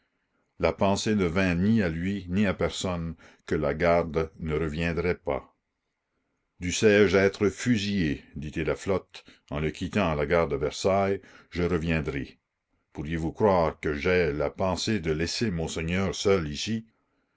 la pensée ne vint ni à lui ni à personne que lagarde ne reviendrait pas dussè je être fusillé dit-il à flotte en le quittant à la gare de versailles je reviendrai pourriez-vous croire que j'aie la pensée de laisser monseigneur seul ici